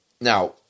Now